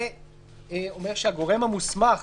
זה אומר שהגורם המוסמך